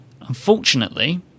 Unfortunately